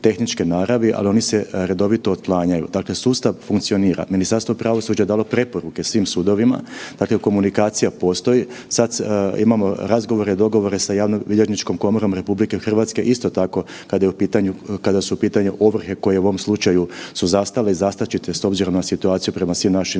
tehničke naravi, ali oni se redovito otklanjaju, dakle sustav funkcionira. Ministarstvo pravosuđa je dalo preporuke svim sudovima dakle komunikacija postoji, sada imamo razgovore, dogovore sa javnobilježničkom komorom RH isto tako kada su u pitanju ovrhe koje su u ovom slučaju zastale i zastat će s obzirom na situaciju prema svim našim